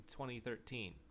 2013